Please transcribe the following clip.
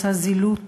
זילות